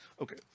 Okay